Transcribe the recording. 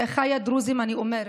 לאחיי הדרוזים אני אומרת: